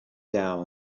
down